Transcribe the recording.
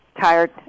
tired